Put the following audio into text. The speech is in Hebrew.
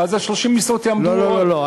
אז 30 המשרות יעמדו, לא, לא, לא.